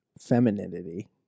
femininity